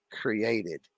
created